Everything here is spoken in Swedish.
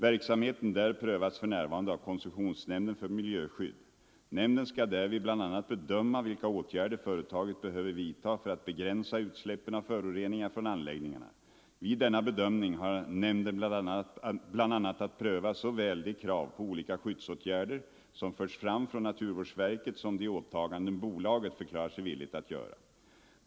Verksamheten där prövas för närvarande av koncessionsnämnden för miljöskydd. Nämnden skall därvid bl.a. bedöma vilka åtgärder företaget behöver vidta för att begränsa utsläppen av föroreningar från anläggningarna. Vid denna bedömning har nämnden bl.a. att pröva såväl de krav på olika skyddsåtgärder som förts fram från naturvårdsverket som de åtaganden bolaget förklarat sig villigt att göra.